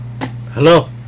Hello